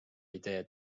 idee